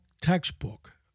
textbook